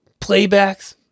playbacks